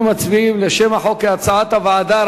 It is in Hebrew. אנחנו מצביעים על שם החוק, כהצעת הוועדה.